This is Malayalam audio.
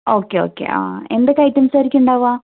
ഓക്കേ ഓക്കേ ആഹ് എന്തൊക്കെ ഐറ്റംസ് ആയിരിക്കും ഉണ്ടാവുക